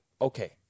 okay